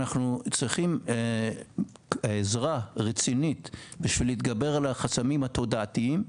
אנחנו צריכים עזרה רצינית בשביל להתגבר על החסמים התודעתיים,